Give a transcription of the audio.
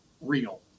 real